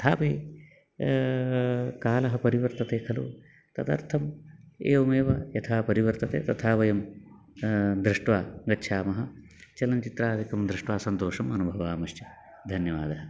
तथापि कालः परिवर्तते खलु तदर्थम् एवमेव यथा परिवर्तते तथा वयं दृष्ट्वा गच्छामः चलनचित्रादिकं दृष्ट्वा सन्तोषम् अनुभवामश्च धन्यवादः